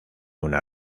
una